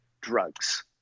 drugs